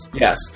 Yes